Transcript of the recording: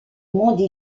monde